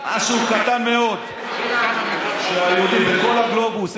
משהו קטן מאוד של היהודים בכל הגלובוס.